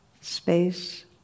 space